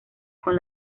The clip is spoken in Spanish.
con